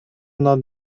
nad